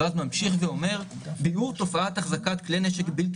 ואז הוא ממשיך ואומר: "ביעור תופעת החזקת כלי נשק בלתי